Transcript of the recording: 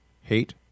hate